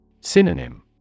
Synonym